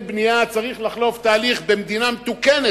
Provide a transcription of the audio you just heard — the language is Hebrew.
בנייה צריך לחלוף תהליך במדינה מתוקנת,